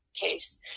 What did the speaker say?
case